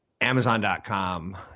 Amazon.com